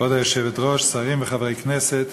כבוד היושבת-ראש, שרים וחברי הכנסת,